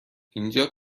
اینجا